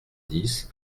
dix